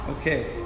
Okay